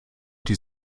die